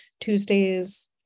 Tuesdays